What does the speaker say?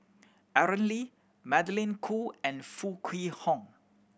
Aaron Lee Magdalene Khoo and Foo Kwee Horng